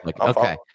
Okay